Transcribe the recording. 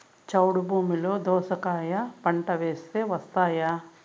చౌడు భూమిలో దోస కాయ పంట వేస్తే వస్తాయా?